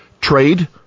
Trade